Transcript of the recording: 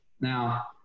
Now